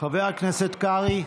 חבר הכנסת קרעי?